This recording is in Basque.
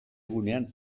egunean